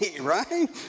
right